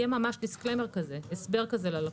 יהיה הסבר כזה ללקוחות.